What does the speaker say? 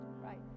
Right